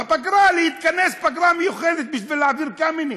בפגרה לכנס כנס פגרה מיוחד בשביל להעביר: קמיניץ.